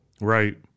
Right